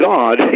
God